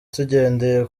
tugendeye